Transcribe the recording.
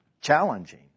challenging